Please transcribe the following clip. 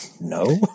no